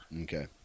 Okay